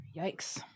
Yikes